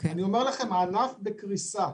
הענף נמצא בקריסה,